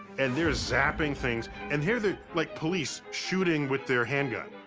and they're zapping things, and here there are, like, police shooting with their handgun.